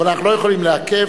אבל אנחנו לא יכולים לעכב.